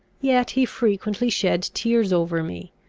yet he frequently shed tears over me,